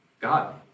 God